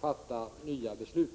fatta nya beslut.